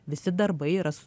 visi darbai yra su